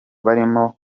barimo